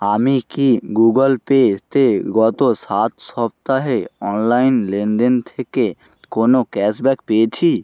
আমি কি গুগল পেতে গত সাত সপ্তাহে অনলাইন লেনদেন থেকে কোনো ক্যাশব্যাক পেয়েছি